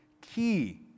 key